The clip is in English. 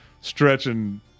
Stretching